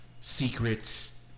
Secrets